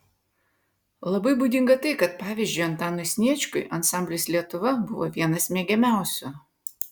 labai būdinga tai kad pavyzdžiui antanui sniečkui ansamblis lietuva buvo vienas mėgiamiausių